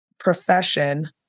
profession